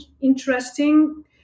interesting